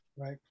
Right